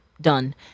done